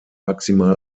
maximal